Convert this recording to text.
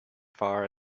far